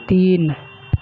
تین